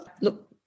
look